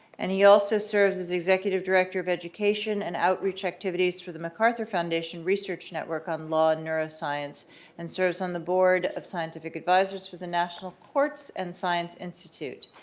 and he also serves as executive director of education and outreach activities for the macarthur foundation research network on law neuroscience and serves on the board of scientific advisors for the national courts and science institute.